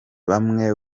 bamwe